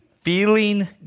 feeling